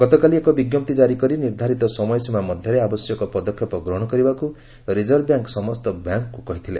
ଗତକାଲି ଏକ ବିଜ୍ଞପ୍ତି କାରି କରି ନିର୍ଦ୍ଧାରିତ ସମୟସୀମା ମଧ୍ୟରେ ଆବଶ୍ୟକ ପଦକ୍ଷେପ ଗ୍ରହଣ କରିବାକୁ ରିଜର୍ଭବ୍ୟାଙ୍କ ସମସ୍ତ ବ୍ୟାଙ୍କକ୍ କହିଥିଲେ